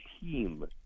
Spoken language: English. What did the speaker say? team